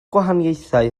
gwahaniaethau